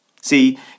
See